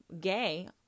gay